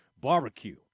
Barbecue